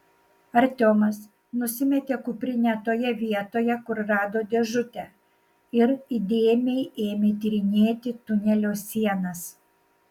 artiomas nusimetė kuprinę toje vietoje kur rado dėžutę ir įdėmiai ėmė tyrinėti tunelio sienas